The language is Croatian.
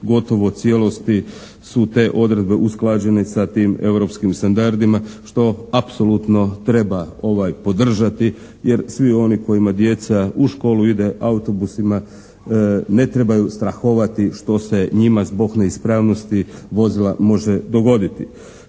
gotovo u cijelosti su te odredbe usklađene sa tim europskim standardima što apsolutno treba podržati, jer svi oni kojima djeca u školu ide autobusima ne trebaju strahovati što se njima zbog neispravnosti vozila može dogoditi.